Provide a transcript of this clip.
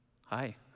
hi